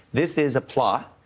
this is a plot,